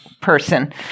person